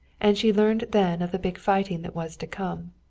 and she learned then of the big fighting that was to come.